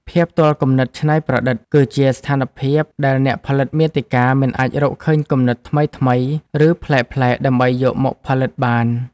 ភាពទាល់គំនិតច្នៃប្រឌិត គឺជាស្ថានភាពដែលអ្នកផលិតមាតិកាមិនអាចរកឃើញគំនិតថ្មីៗ ឬប្លែកៗដើម្បីយកមកផលិតបាន។